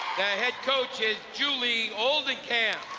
head coach is julie oldenkamp